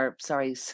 sorry